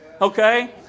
Okay